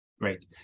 Great